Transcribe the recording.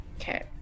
Okay